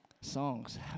Songs